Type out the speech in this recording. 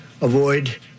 avoid